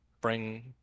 bring